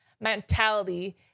mentality